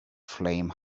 flame